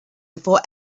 before